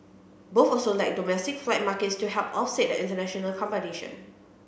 both also lack domestic flight markets to help offset the international competition